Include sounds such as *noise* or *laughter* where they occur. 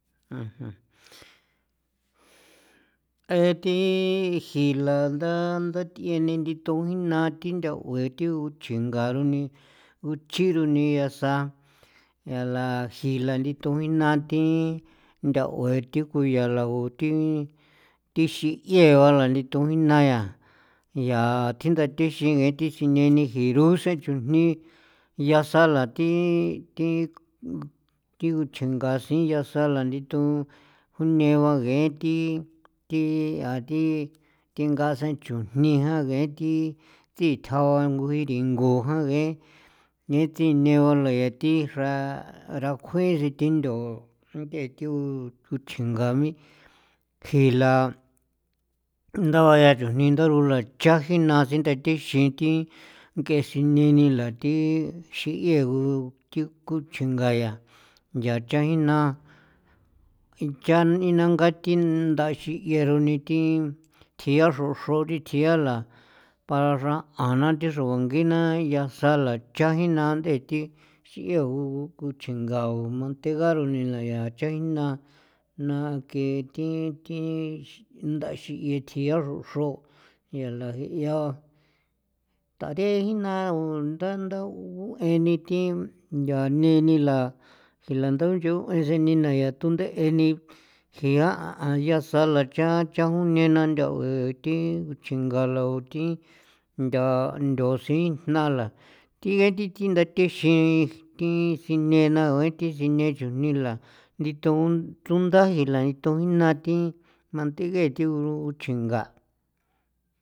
*hesitation* a thi jii landa thi th'ieni nditon jina thi ntha'ue thigu chingau runi guchironi yasa yaala jilani tuina inaa thi ntha'ue thi ku yaalagu thi thi xi'iie ba nanito jinala yaa yaa thi nda thexiin thi sine ni jii ji rose chujni yaasala thi thi nguchjengasin yaasa la nditon june ba ngee thi thia thi tingasen chujnia ngee thi thii thjao nguji ringu jan ngee thi neba le thi xra rakjuin thi nthao jinthe thiu juinchjengau kjin la ntha chujni ndanduranla cha juina sinthathe thixin thi ngee thi sine ni ngain thi xinyeegu thi kuchjin ngayaa yaa chja jina icha ni nangaa thjiaro xro thi thjiala paraxran nthiathi xrongina ngain yasala chja jii naathe thi si ku chjingau mantega rigau chajina naa naa ke thi thi ndaxin thjiia xro yaala gia tarejina gundandaun nguen ni thi ya neni la jila nda nch'u e sen ni layaa tunde'e ni jea yaa sala cha chajun nena nthau thi chingala o thi ntha nthosijna la thia thi ndathe xin thi sine na ngain thi sine chujnila ndithon tunda jila tojina thi mantegethi thio chinga.